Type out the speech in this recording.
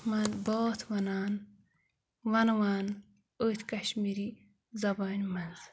من بٲتھ وَنان وَنوان أتھۍ کَشمیٖری زَبانہِ منٛز